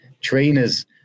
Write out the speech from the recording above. trainers